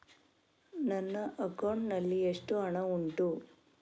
ನನ್ನ ಅಕೌಂಟ್ ನಲ್ಲಿ ಎಷ್ಟು ಹಣ ಉಂಟು?